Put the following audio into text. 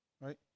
right